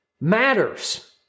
matters